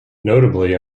notably